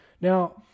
Now